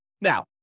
Now